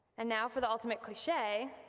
and now for the ultimate cliche,